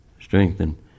strengthen